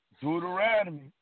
Deuteronomy